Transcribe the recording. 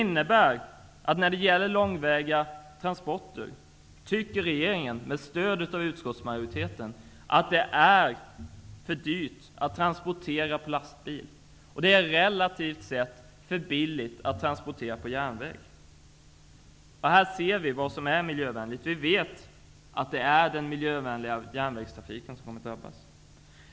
När det gäller långväga transporter tycker regeringen, med stöd av utskottsmajoriteten, att det är för dyrt att transportera på lastbil och att det relativt sett är för billigt att transportera på järnväg. Här ser vi vad som anses vara miljövänligt. Vi vet att det är den miljövänliga järnvägstrafiken som kommer att drabbas.